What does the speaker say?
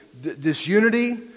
disunity